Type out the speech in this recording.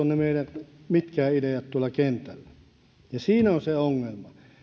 ne meidän ideamme tuolla kentällä ja siinä on se ongelma